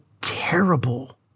terrible